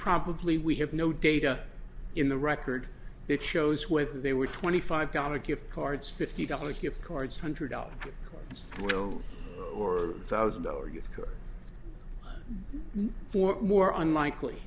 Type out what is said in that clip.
probably we have no data in the record that shows with they were twenty five got a gift cards fifty dollars gift cards hundred dollar oil or thousand dollar you for more unlikely